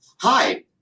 Hi